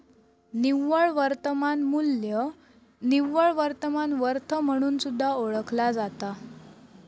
निव्वळ वर्तमान मू्ल्य निव्वळ वर्तमान वर्थ म्हणून सुद्धा ओळखला जाता